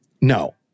No